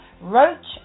roach